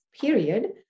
period